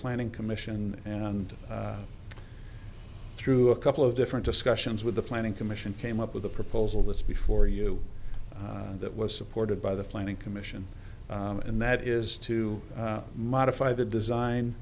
planning commission and through a couple of different discussions with the planning commission came up with a proposal that's before you that was supported by the planning commission and that is to modify the design